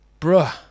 Bruh